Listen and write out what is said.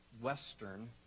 western